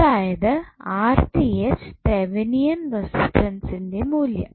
അതായത് തെവനിയൻ റെസിസ്റ്റൻസിന്റെ മൂല്യം